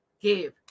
give